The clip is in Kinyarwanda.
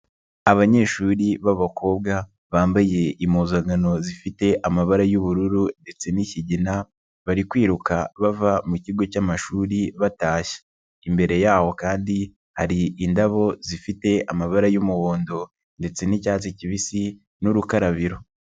Abanyeshuri b'abakobwa bambaye impuzankano zifite amabara y'ubururu ndetse n'ikigina, bari kwiruka bava mu kigo cy'amashuri batashye. Imbere yaho kandi hari indabo zifite amabara y'umuhondo ndetse n'icyatsi kibisi n'urukarabiro.